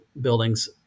buildings